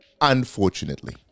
unfortunately